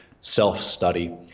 self-study